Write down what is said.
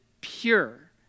pure